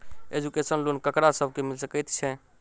Education loan ककरा सब केँ मिल सकैत छै?